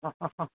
അ അ ആ